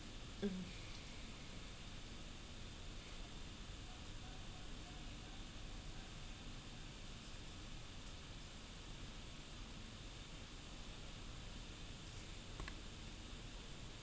mm